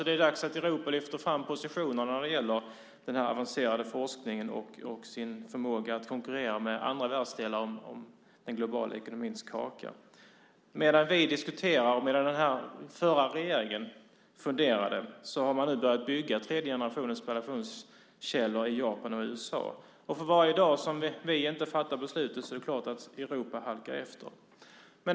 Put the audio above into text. Det är dags att Europa lyfter fram positionerna när det gäller den här avancerade forskningen och sin förmåga att konkurrera med andra världsdelar om den globala ekonomins kaka. Medan vi diskuterar, och medan den förra regeringen funderade, har man nu börjat bygga tredje generationens spallationskällor i Japan och USA. För varje dag som vi inte fattar beslutet är det klart att Europa halkar efter.